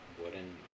wooden